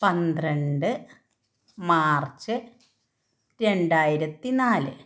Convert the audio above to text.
പന്ത്രണ്ട് മാര്ച്ച് രണ്ടായിരത്തി നാല്